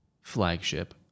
flagship